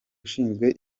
ushinzwe